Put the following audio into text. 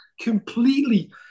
completely